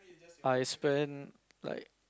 I spend like